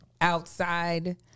outside